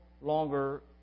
longer